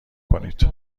کنید